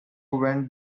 went